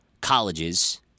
colleges